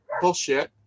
bullshit